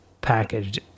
packaged